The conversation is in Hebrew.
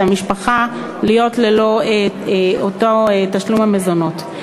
המשפחה להיות ללא אותו תשלום מזונות.